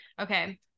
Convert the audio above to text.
okay